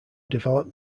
developed